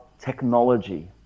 technology